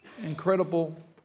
incredible